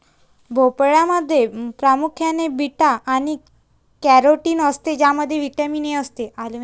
भोपळ्यामध्ये प्रामुख्याने बीटा आणि कॅरोटीन असते ज्यामध्ये व्हिटॅमिन ए असते